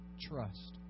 trust